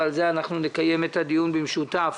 ועל זה אנחנו נקיים את הדיון במשותף